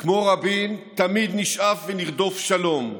כמו רבין, תמיד נשאף לשלום ונרדוף שלום,